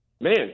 man